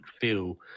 feel